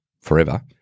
forever